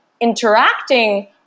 interacting